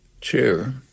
chair